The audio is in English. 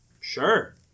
Sure